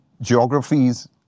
geographies